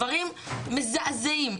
דברים מזעזעים.